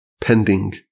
pending